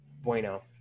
bueno